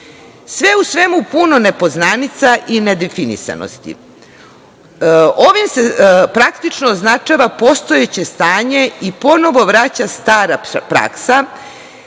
u svemu puno nepoznanica i nedefinisanosti. Ovim se praktično označava postojeće stanje i ponovo vraća stara praksa